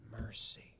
mercy